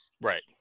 Right